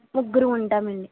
ముగ్గురం ఉంటామండి